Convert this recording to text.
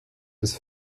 bis